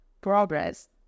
progress